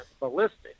ballistic